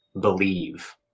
believe